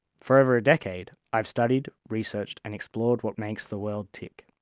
for over a decade i have studied, researched and explored what makes the world tick.